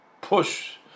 push